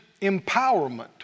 empowerment